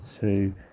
two